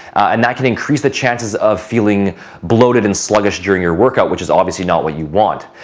and that can increase the chances of feeling bloated and sluggish during your workout which is obviously not what you want.